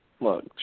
Look